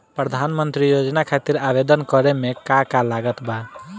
प्रधानमंत्री योजना खातिर आवेदन करे मे का का लागत बा?